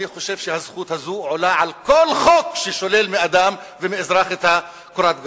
אני חושב שהזכות הזאת עולה על כל חוק ששולל מאדם ומאזרח את קורת הגג.